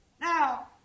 Now